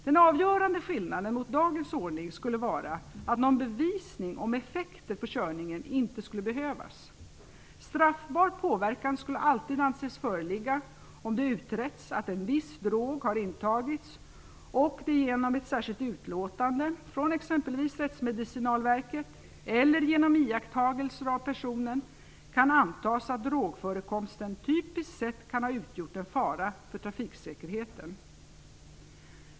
Den avgörande skillnaden mot dagens ordning skulle vara att någon bevisning om effekter på körningen inte skulle behövas. Straffbar påverkan skulle alltid anses föreligga om det utretts att en viss drog har intagits och det genom ett särskilt utlåtande från exempelvis Rättsmedicinalverket eller genom iakttagelser av personen kan antas att drogförekomsten typiskt sett kan ha utgjort en fara för trafiksäkerheten.